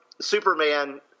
Superman